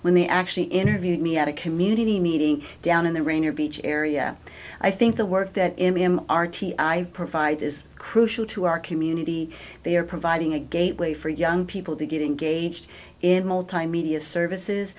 when they actually interviewed me at a community meeting down in the rainier beach area i think the work that m e m r t i provides is crucial to our community they are providing a gateway for young people to get engaged in multimedia services